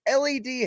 LED